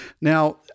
Now